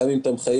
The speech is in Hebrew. גם אם אתה מחייב,